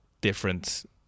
different